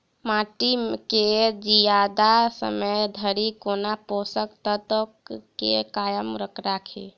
माटि केँ जियादा समय धरि कोना पोसक तत्वक केँ कायम राखि?